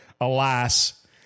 Alas